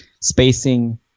spacing